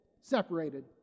Separated